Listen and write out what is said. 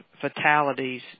fatalities